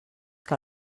que